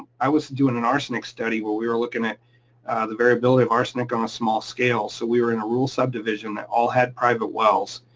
i was doing an arsenic study where we were looking at the variability of arsenic on a small scale. so we were in a rural subdivision that all had private wells,